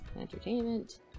Entertainment